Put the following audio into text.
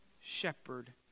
shepherd